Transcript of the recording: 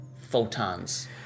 photons